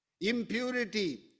impurity